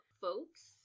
folks